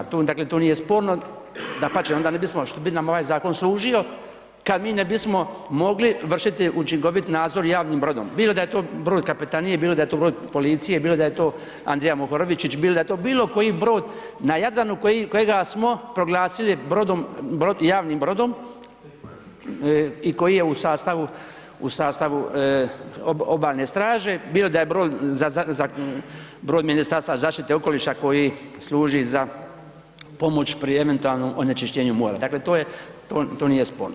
Dakle to nije sporno dapače onda ne bismo, što bi nam ovaj zakon služio kad mi ne bismo mogli vršiti učinkovit nadzor javnim brodom, bilo je da je to brod kapetanije, bilo da je to brod policije, bilo da je to A. Mohorovičić, bilo da je to bilokoji brod na Jadranu kojega smo proglasili javnim brodom i koji je u sastavu Obalne straže, bilo da je brod Ministarstva zaštite okoliša koji služi za pomoć pri eventualnom onečišćenju mora, dakle to nije sporno.